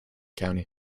county